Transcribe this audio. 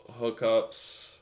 hookups